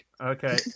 Okay